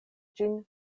ĝin